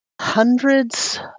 hundreds